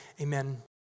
amen